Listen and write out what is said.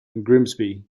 grimsby